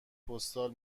پستال